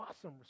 awesome